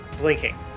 blinking